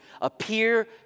appear